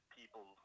people